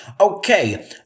Okay